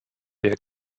der